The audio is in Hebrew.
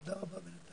תודה רבה.